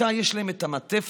בכיתה יש להם את המעטפת